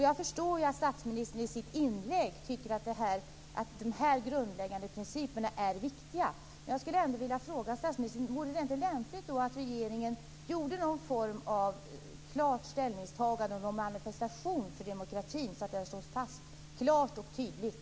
Jag förstår ju av statsministerns inlägg att han tycker att de här grundläggande principerna är viktiga. Men jag skulle ändå vilja fråga statsministern om det då inte vore lämpligt att regeringen gjorde någon form av klart ställningstagande och någon manifestation för demokratin, så att detta slogs fast klart och tydligt.